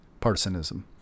partisanism